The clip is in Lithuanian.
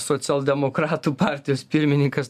socialdemokratų partijos pirmininkas